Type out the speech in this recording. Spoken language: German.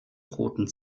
roten